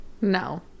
No